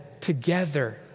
together